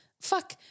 fuck